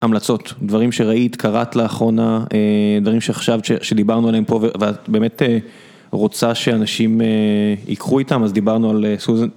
המלצות, דברים שראית, קראת לאחרונה, דברים שעכשיו שדיברנו עליהם פה ואת באמת רוצה שאנשים יקחו איתם אז דיברנו על סוזן